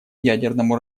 ядерному